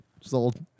Sold